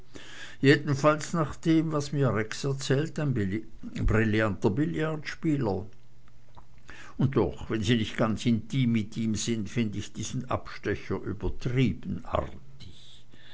jedenfalls nach dem was mir rex erzählt ein brillanter billardspieler und doch wenn sie nicht ganz intim mit ihm sind find ich diesen abstecher übertrieben